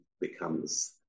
becomes